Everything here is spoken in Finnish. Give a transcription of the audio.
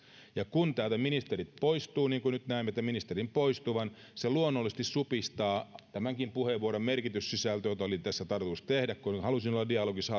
ja kun täältä ministerit poistuvat niin kuin nyt näemme ministerin poistuvan se luonnollisesti supistaa tämänkin puheenvuoron merkityssisältöä joka oli tässä tarkoitus tehdä koska halusin olla dialogissa